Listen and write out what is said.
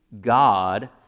God